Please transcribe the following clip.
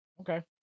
Okay